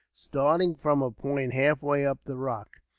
starting from a point halfway up the rock,